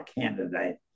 candidate